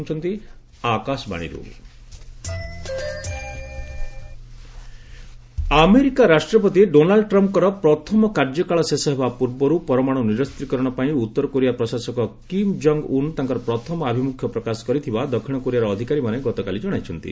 N Korea denuclearisation America ରାଷ୍ଟ୍ରପତି ଡୋନାଲ ଟ୍ରମ୍ପଙ୍କର କାର୍ଯ୍ୟକାଳ ଶେଷ ହେବା ପୂର୍ବରୁ ପରମାଣ୍ଡ ନିରସ୍ତ୍ରୀକରଣ ପାଇଁ ଉତ୍ତରକୋରିଆ ପ୍ରଶାସକ କିମ୍ ଜଙ୍ଗ୍ ଉନ୍ ତାଙ୍କର ପ୍ରଥମ ଆଭିମ୍ରଖ୍ୟ ପ୍ରକାଶ କରିଥିବା ଦକ୍ଷିଣ କୋରିଆର ଅଧିକାରୀମାନେ ଗତକାଲି ଜଣାଇଛନ୍ତି